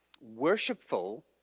worshipful